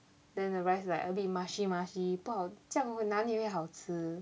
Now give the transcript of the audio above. then the rice like a bit mushy mushy 不好这样哪里会好吃